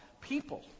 People